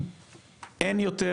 אין יותר,